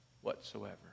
whatsoever